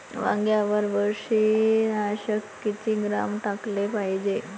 वांग्यावर बुरशी नाशक किती ग्राम टाकाले पायजे?